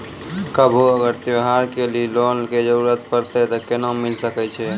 कभो अगर त्योहार के लिए लोन के जरूरत परतै तऽ केना मिल सकै छै?